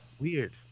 Weird